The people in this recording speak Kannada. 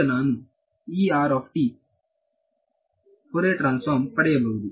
ಈಗ ನಾನು ಫೋರಿಯರ್ ಟ್ರಾನ್ಸ್ಫಾರ್ಮ ಪಡೆಯಬಹುದು